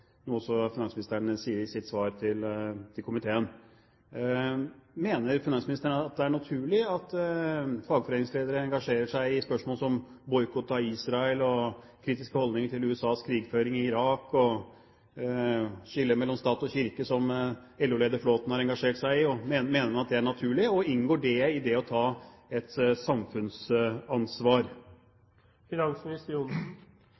noe som også finansministeren sier i sitt svar til komiteen. Mener finansministeren at det er naturlig at fagforeningsledere engasjerer seg i spørsmål som boikott av Israel, kritiske holdninger til USAs krigføring i Irak og skillet mellom stat og kirke, som LO-leder Flåthen har engasjert seg i? Mener han at det er naturlig, og inngår det i det å ta et